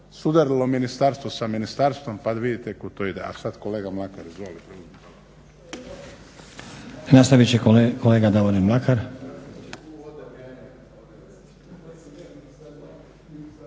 sudarilo ministarstvo sa ministarstvom pa da vidite kud to ide. A sad kolega Mlakar izvolite.